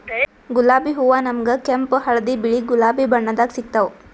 ಗುಲಾಬಿ ಹೂವಾ ನಮ್ಗ್ ಕೆಂಪ್ ಹಳ್ದಿ ಬಿಳಿ ಗುಲಾಬಿ ಬಣ್ಣದಾಗ್ ಸಿಗ್ತಾವ್